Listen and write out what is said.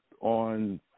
on